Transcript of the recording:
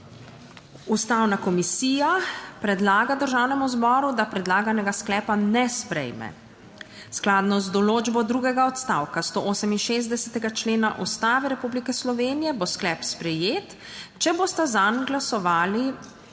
Ustavna komisija predlaga Državnemu zboru, da predlaganega sklepa ne sprejme. Skladno z določbo drugega odstavka 168. člena Ustave Republike Slovenije bo sklep sprejet, če bosta zanj glasovali